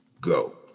Go